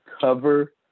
cover